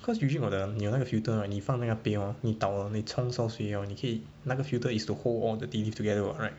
cause usually 我的你有那个 filter right 你放那个杯 hor 你倒你冲烧水 liao 你可以那个 filter is to hold all the tea leaves together uh right